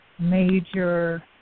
major